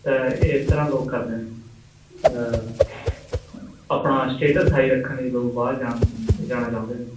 ਅਤੇ ਇਸ ਤਰ੍ਹਾਂ ਲੋਕ ਕਰਦੇ ਨੇ ਆਪਣਾ ਸਟੇਟਸ ਹਾਈ ਰੱਖਣ ਲਈ ਲੋਕ ਬਾਹਰ ਜਾਣ ਜਾਣਾ ਚਾਹੁੰਦੇ